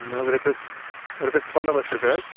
نہٕ حظ رۄپیَس رۄپیَس پنٛداہ لچھ رۄپیہِ حظ